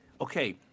Okay